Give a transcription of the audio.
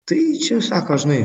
tai čia sako žinai